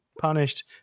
punished